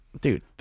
dude